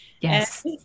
yes